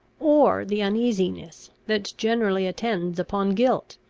or the uneasiness that generally attends upon guilt.